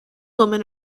woman